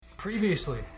Previously